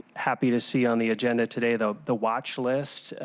happy to see on the agenda today, the the watchlist.